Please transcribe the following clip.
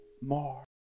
more